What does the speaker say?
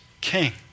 king